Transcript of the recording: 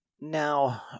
Now